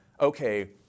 okay